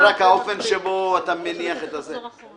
זה רק האופן שבו אתה מניח את הזה --- ואז תחזור אחורה.